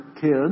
kids